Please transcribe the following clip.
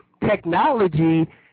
Technology